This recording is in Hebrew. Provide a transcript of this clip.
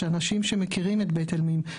שאנשים שמכירים את ׳בית אל מים׳,